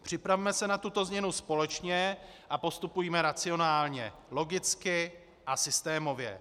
Připravme se na tuto změnu společně a postupujme racionálně, logicky a systémově.